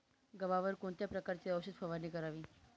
गव्हावर कोणत्या प्रकारची औषध फवारणी करावी?